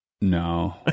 no